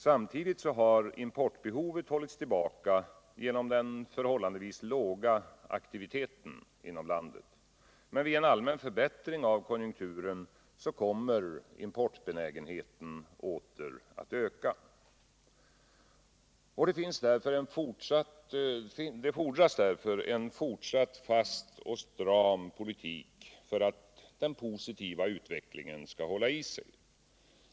Samtidigt har importbehovet hållits tillbaka genom den förhållandevis låga aktiviteten inom landet. Vid en allmän förbättring av konjunkturen kommer importbenägenheten åter att öka. Det fordras därför en fortsatt fast och stram politik för att den positiva utvecklingen skall hålla i sig.